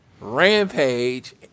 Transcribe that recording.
Rampage